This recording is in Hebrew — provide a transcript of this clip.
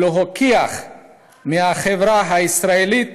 ולהוקיע מהחברה הישראלית